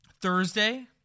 Thursday